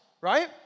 Right